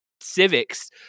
Civics